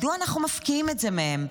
מדוע אנחנו מפקיעים את זה מהם?